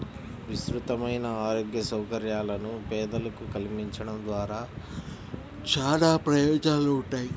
విస్తృతమైన ఆరోగ్య సౌకర్యాలను పేదలకు కల్పించడం ద్వారా చానా ప్రయోజనాలుంటాయి